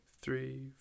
three